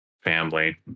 family